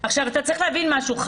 אתה צריך להבין משהו.